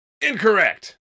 Incorrect